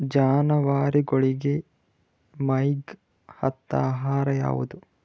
ಜಾನವಾರಗೊಳಿಗಿ ಮೈಗ್ ಹತ್ತ ಆಹಾರ ಯಾವುದು?